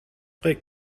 reg